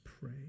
pray